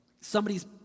Somebody's